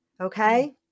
Okay